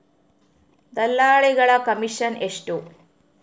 ದಲ್ಲಾಳಿಗಳ ಕಮಿಷನ್ ಎಷ್ಟು?